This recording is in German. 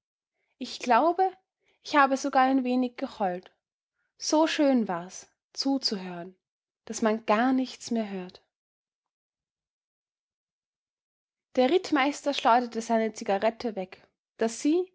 ich glaube ich habe sogar ein wenig geheult so schön war's zuzuhören daß man gar nichts mehr hört der rittmeister schleuderte seine zigarette weg daß sie